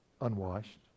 unwashed